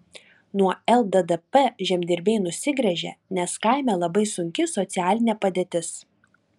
nuo lddp žemdirbiai nusigręžė nes kaime labai sunki socialinė padėtis